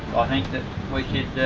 think that we could